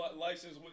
license